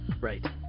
right